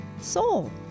Soul